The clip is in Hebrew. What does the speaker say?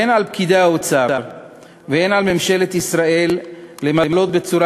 הן על פקידי האוצר והן על ממשלת ישראל למלא בצורה